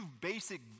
basic